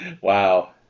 Wow